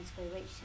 inspiration